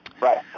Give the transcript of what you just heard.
Right